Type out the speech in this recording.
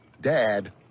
Dad